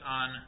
on